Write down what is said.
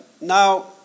Now